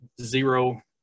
zero